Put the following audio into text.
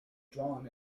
drawn